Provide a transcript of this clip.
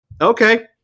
okay